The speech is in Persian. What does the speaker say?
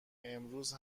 امروز